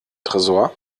tresor